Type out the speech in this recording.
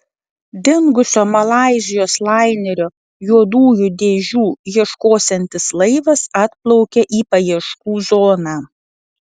dingusio malaizijos lainerio juodųjų dėžių ieškosiantis laivas atplaukė į paieškų zoną